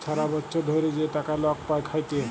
ছারা বচ্ছর ধ্যইরে যে টাকা লক পায় খ্যাইটে